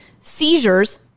seizures